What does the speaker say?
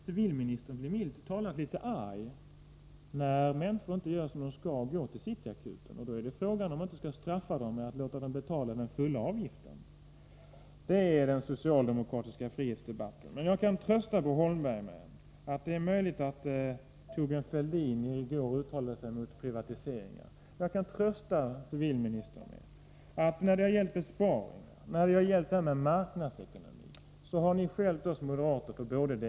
Civilministern blir milt talat litet arg när människor inte gör som de skall utan går till City Akuten — och då är frågan, om man inte skall straffa dem med att låta dem betala den fulla avgiften. Det är ett uttryck för den socialdemokratiska frihetsuppfattningen! Det är möjligt att Thorbjörn Fälldin i går uttalade sig mot privatisering. Låt mig påpeka för civilministern att ni när det gällt besparingar, marknadsekonomi och annat har skällt på oss moderater.